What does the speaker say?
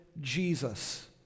Jesus